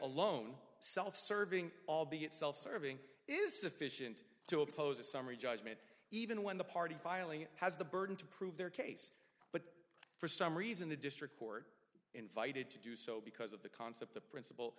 alone self serving albeit self serving is sufficient to oppose a summary judgment even when the party filing has the burden to prove their case but for some reason the district court invited to do so because of the concept the principle